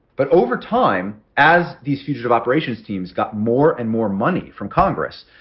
but over time, as these fugitive operations teams got more and more money from congress,